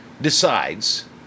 Decides